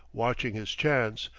watching his chance,